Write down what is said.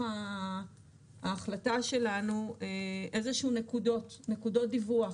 ההחלטה שלנו איזה שהן נקודות דיווח,